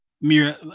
mira